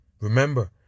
Remember